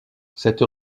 cette